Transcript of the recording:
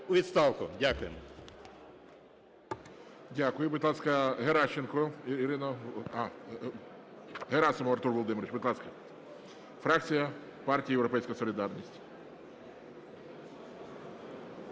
у відставку. Дякую.